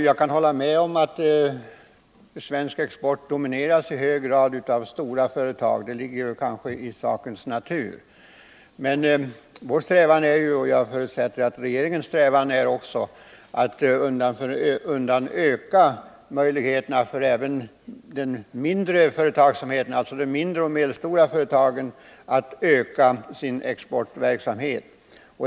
Jag kan hålla med om att svensk export i hög grad domineras av stora företag — det kanske kan sägas ligga i sakens natur — men det är vår och, som jag förutsätter, också regeringens strävan att undan för undan förbättra möjligheterna för även de mindre och medelstora företagen att öka sin exportverksamhet.